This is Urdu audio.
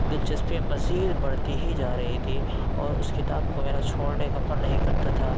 دلچسپی مزید بڑھتی ہی جا رہی تھی اور اُس کتاب کو میرا چھوڑنے کا من نہیں کرتا تھا